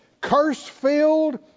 curse-filled